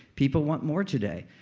people want more today.